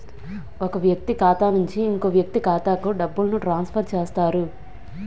ఒక వ్యక్తి ఖాతా నుంచి ఇంకో వ్యక్తి ఖాతాకు డబ్బులను ట్రాన్స్ఫర్ చేస్తారు